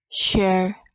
share